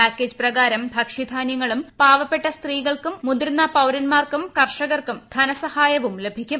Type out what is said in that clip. package പ്രകാരം ഭക്ഷ്യധാനൃങ്ങളും പാവപ്പെട്ട സ്ത്രീകൾക്കും മുതിർന്ന പൌരന്മാർക്കും കർഷകർക്കും ധനസഹായവും ലഭിക്കും